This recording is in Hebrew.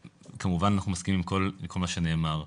כמובן אנחנו מסכימים עם כל מה שנאמר.